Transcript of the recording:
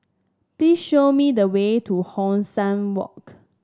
please show me the way to Hong San Walk